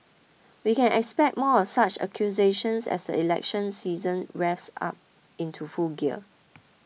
we can expect more of such accusations as the election season revs up into full gear